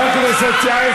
ברוכים הבאים